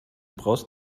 brauchst